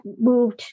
moved